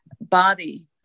body